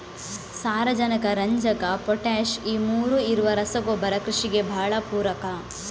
ಸಾರಾಜನಕ, ರಂಜಕ, ಪೊಟಾಷ್ ಈ ಮೂರೂ ಇರುವ ರಸಗೊಬ್ಬರ ಕೃಷಿಗೆ ಭಾಳ ಪೂರಕ